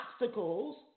obstacles